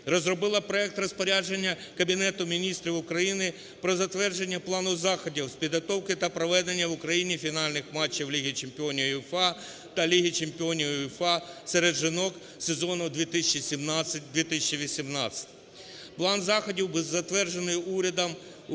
розробило проект Розпорядження Кабінету Міністрів України "Про затвердження плану заходів з підготовки та проведення в Україні фінальних матчів Ліги чемпіонів УЄФА та Ліги чемпіонів УЄФА серед жінок сезону 2017/2018". План заходів був затверджений урядом 5 квітня